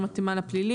הגבוה.